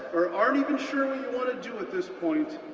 or aren't even sure what you wanna do at this point,